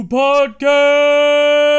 podcast